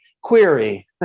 query